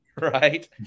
Right